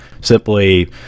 simply